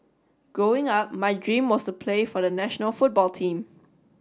growing up my dream was to play for the national football team